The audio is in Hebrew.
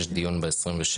ויש דיון ב-27.